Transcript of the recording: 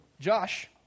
Josh